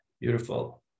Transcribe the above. Beautiful